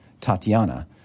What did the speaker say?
Tatiana